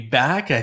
back